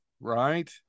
Right